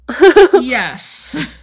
Yes